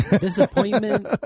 Disappointment